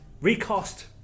recast